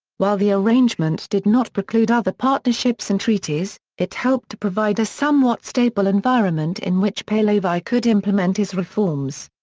while the arrangement did not preclude other partnerships and treaties, it helped to provide a somewhat stable environment in which pahlavi could implement his reforms.